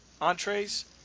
entrees